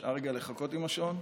בזמנו.